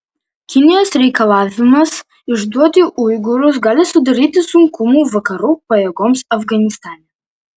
kinijos reikalavimas išduoti uigūrus gali sudaryti sunkumų vakarų pajėgoms afganistane